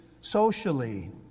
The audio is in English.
socially